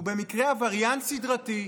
שהוא במקרה עבריין סדרתי,